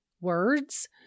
words